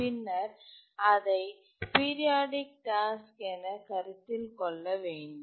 பின்னர் அதை periodic task என கருத்தில் கொள்ள வேண்டும்